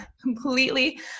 completely